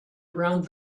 around